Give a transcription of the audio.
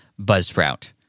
buzzsprout